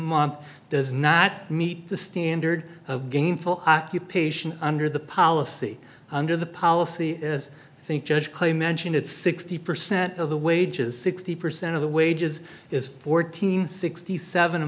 month does not meet the standard of gainful occupation under the policy under the policy as i think judge clay mentioned at sixty percent of the wages sixty percent of the wages is fourteen sixty seven